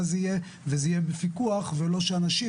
זה יהיה וזה יהיה בפיקוח ולא שאנשים,